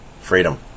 freedom